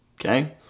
Okay